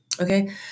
Okay